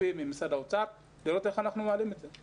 הכספים ולראות כיצד ניתן להעלות את המלגה.